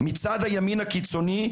מצד הימין הקיצוני.